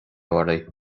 oraibh